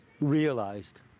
realized